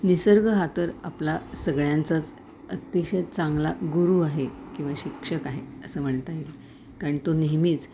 निसर्ग हा तर आपला सगळ्यांचाच अतिशय चांगला गुरू आहे किंवा शिक्षक आहे असं म्हणता येईल कारण तो नेहमीच